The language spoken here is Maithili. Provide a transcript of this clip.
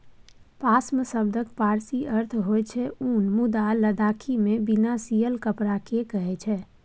पाश्म शब्दक पारसी अर्थ होइ छै उन मुदा लद्दाखीमे बिना सियल कपड़ा केँ कहय छै